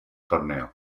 torneo